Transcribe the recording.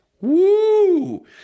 Woo